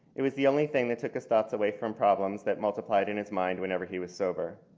it was the only thing that took his thoughts away from problems that multiplied in his mind whenever he was sober.